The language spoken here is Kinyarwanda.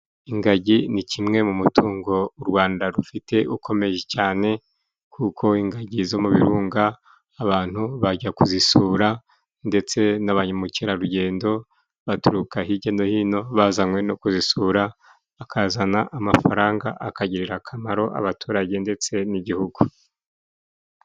Ingagi ni kimwe mu mutungo u Rwanda rufite ukomeye cyane. Kuko ingagi zo mu birunga, abantu bajya kuzisura ndetse na ba mukerarugendo baturuka hijya no hino bazanywe no kuzisura, akazana amafaranga. Akagirira akamaro abaturage ndetse n'igihugu.